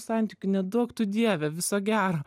santykių neduok tu dieve viso gero